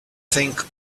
think